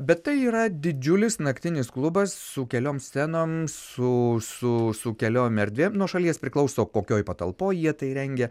bet tai yra didžiulis naktinis klubas su keliom scenom su su keliom erdvėm nuo šalies priklauso kokioj patalpoj jie tai rengia